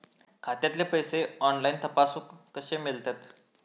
खात्यातले पैसे ऑनलाइन तपासुक कशे मेलतत?